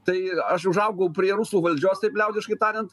tai aš užaugau prie rusų valdžios taip liaudiškai tariant